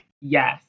yes